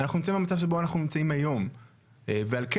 אנחנו נמצאים במצב שבו אנחנו נמצאים היום ועל כן,